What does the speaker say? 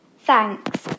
Thanks